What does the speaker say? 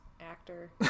actor